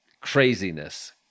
craziness